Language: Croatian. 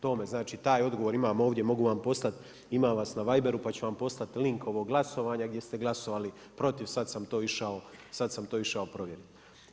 To me znači, taj odgovor imam ovdje, mogu vam poslati, imam vas na viberu pa ću vam poslati link ovog glasovanja gdje ste glasovali protiv, sada sam to išao provjeriti.